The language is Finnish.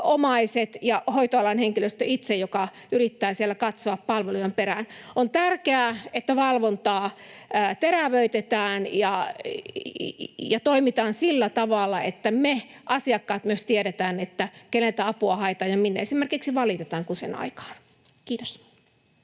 omaiset ja hoitoalan henkilöstö itse, joka yrittää siellä katsoa palvelujen perään. On tärkeää, että valvontaa terävöitetään ja toimitaan sillä tavalla, että me asiakkaat myös tiedetään, keneltä apua haetaan ja minne esimerkiksi valitetaan, kun sen aika on. — Kiitos.